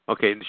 Okay